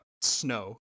snow